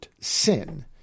sin